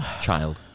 Child